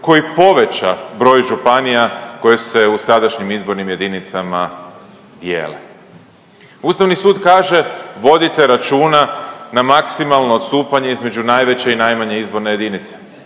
koji poveća broj županija koje se u sadašnjim izbornim jedinicama dijele. Ustavni sud kaže vodite računa na maksimalno odstupanje između najveće i najmanje izborne jedinice.